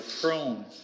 prone